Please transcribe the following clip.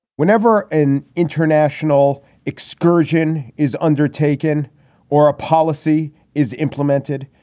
whenever an international excursion is undertaken or a policy is implemented,